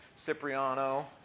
Cipriano